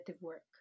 work